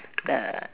the